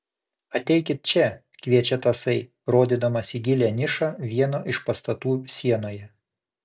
ateikit čia kviečia tasai rodydamas į gilią nišą vieno iš pastatų sienoje